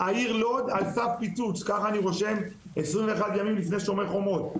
"העיר לוד על סף פיצוץ" ככה אני רושם 21 ימים לפני "שומר החומות".